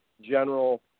general